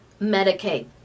Medicaid